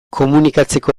komunikatzeko